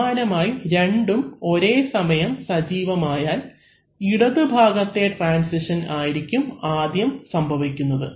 സമാനമായി രണ്ടും ഒരേസമയം സജീവം ആയാൽ ഇടത് ഭാഗത്തെ ട്രാൻസിഷൻ ആയിരിക്കും ആദ്യം സംഭവിക്കുന്നത്